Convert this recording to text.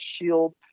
shield